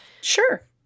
Sure